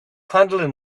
handling